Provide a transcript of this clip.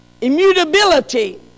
immutability